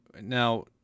Now